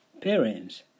Parents